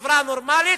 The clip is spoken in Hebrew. חברה נורמלית,